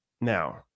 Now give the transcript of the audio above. Now